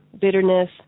bitterness